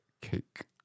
cake